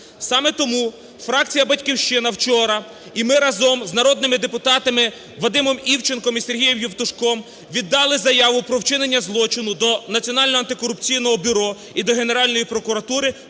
Саме тому фракція "Батьківщина" вчора і ми разом з народними депутатами Вадимом Івченком і Сергієм Євтушком віддали заяву про вчинення злочину до Національного антикорупційного бюро і до Генеральної прокурату,